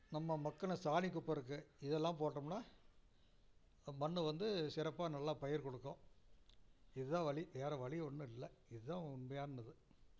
நம்ம மக்கின சாணி குப்பை இருக்கு இதெல்லாம் போட்டோம்னா இந்த மண்ணு வந்து சிறப்பாக நல்லா பயிர் கொடுக்கும் இதான் வழி வேறு வழி ஒன்றும் இல்லை இதான் உண்மையானது